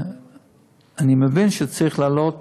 אני מבין שצריך להעלות,